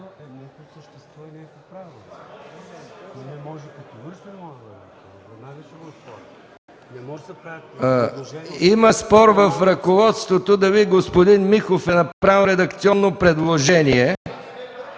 Има спор в ръководството дали господин Михов е направил редакционно предложение.